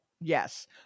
Yes